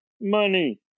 money